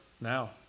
now